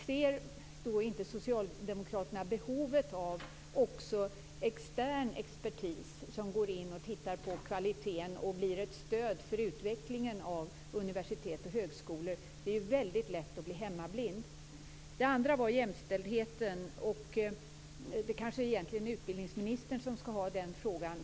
Ser inte socialdemokraterna behovet också av extern expertis som går in och tittar på kvaliteten och blir ett stöd för utvecklingen av universitet och högskolor? Det är väldigt lätt att bli hemmablind. Det andra gäller jämställdheten. Det är kanske egentligen utbildningsministern som skall ha den frågan.